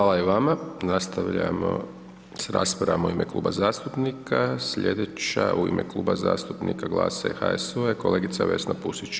Hvala i vama, nastavljamo s raspravom u ime kluba zastupnika, slijedeća u ime Kluba zastupnika GLAS-a i HSU-a je kolegica Vesna Pusić.